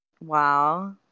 Wow